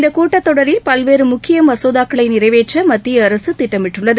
இந்த கூட்டத் தொடரில் பல்வேறு முக்கிய மசோதாக்களை நிறைவேற்ற மத்திய அரசு திட்டமிட்டுள்ளது